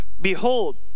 Behold